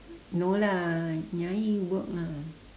no lah nyai work lah